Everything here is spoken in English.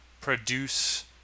produce